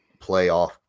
playoff